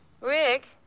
Rick